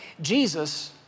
Jesus